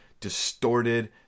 distorted